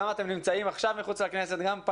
גם אתם נמצאים עכשיו מחוץ לכנסת,